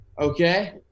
Okay